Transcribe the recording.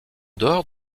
dehors